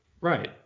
Right